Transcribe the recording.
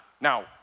Now